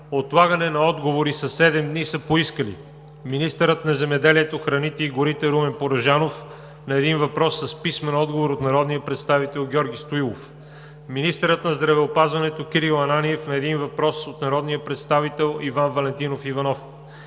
отлагане на отговори със седем дни са поискали: - министърът на земеделието, храните и горите Румен Порожанов на един въпрос с писмен отговор от народния представител Георги Стоилов; - министърът на здравеопазването Кирил Ананиев на един въпрос от народния представител Иван Валентинов Иванов;